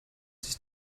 sich